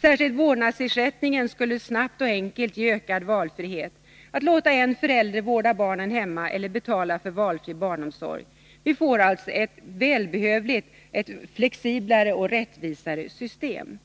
Särskilt vårdnadsersättningen skulle snabbt och enkelt ge ökad valfrihet. En förälder skulle få ökad möjlighet att välja mellan att vårda barnen hemma eller att betala för valfri barnomsorg. Vi skulle få ett välbehövligt, flexiblare och rättvisare system.